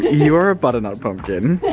you're a butternut pumpkin.